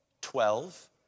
Twelve